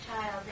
child